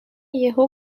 یهو